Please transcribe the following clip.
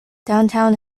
downtown